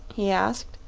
he asked,